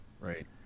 Right